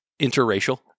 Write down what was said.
interracial